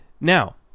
now